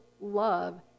love